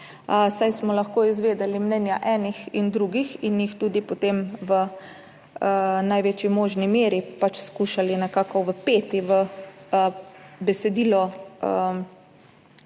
saj smo lahko izvedeli mnenja enih in drugih in jih tudi potem v največji možni meri pač skušali nekako vpeti v besedilo